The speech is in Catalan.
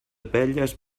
velles